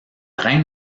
reine